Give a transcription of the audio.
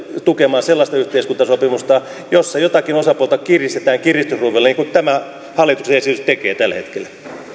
tukemaan sellaista yhteiskuntasopimusta jossa jotakin osapuolta kiristetään kiristysruuvilla niin kuin tämä hallituksen esitys tekee tällä hetkellä